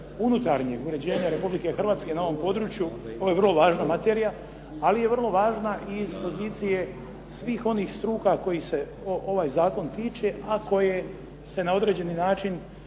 unutarnjeg uređenja Republike Hrvatske na ovom području, ovo je vrlo važna materija, ali je vrlo važna i iz pozicije svih onih struka kojih se ovaj zakon tiče, a koje se na određeni način